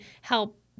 help